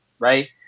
right